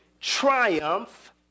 triumph